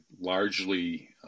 largely